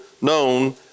known